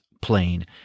plain